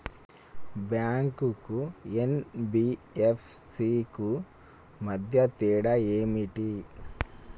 Bank కు NBFC కు మధ్య తేడా ఏమిటి?